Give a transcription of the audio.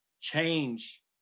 change